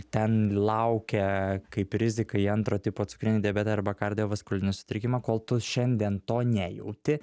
ten laukia kaip rizika į antro tipo cukrinį diabetą arba kardiovaskulinį sutrikimą kol tu šiandien to nejauti